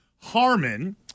Harmon